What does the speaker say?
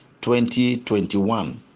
2021